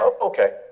okay